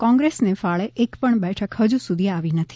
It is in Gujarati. કોંગ્રેસ્સ ને ફાળે એકપણ બેઠક હજુ સુધી આવી નથી